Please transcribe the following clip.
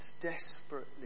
desperately